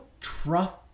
trust